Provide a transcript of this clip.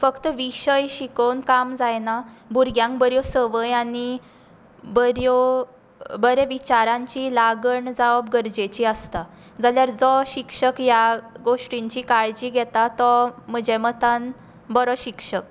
फक्त विशय शिकोवन काम जायना भुरग्यांक बऱ्यो संवय आनी बऱ्यो बऱ्या विचारांची लागण जावप गरजेची आसता जाल्यार जो शिक्षक ह्या गोश्टींची काळजी घेता तो म्हज्या मतान बरो शिक्षक